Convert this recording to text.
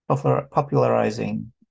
popularizing